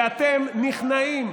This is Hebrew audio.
ואתם נכנעים,